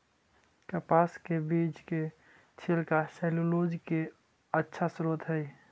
कपास के बीज के छिलका सैलूलोज के अच्छा स्रोत हइ